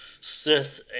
Sith